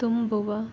ತುಂಬುವ